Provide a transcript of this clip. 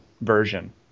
version